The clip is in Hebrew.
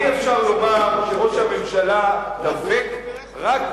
ואי-אפשר לומר שראש הממשלה דבק רק,